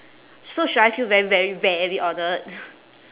so should I feel very very very honoured